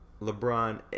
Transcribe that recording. LeBron